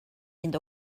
fynd